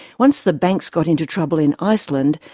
once the banks got into trouble in iceland,